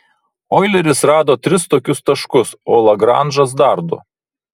oileris rado tris tokius taškus o lagranžas dar du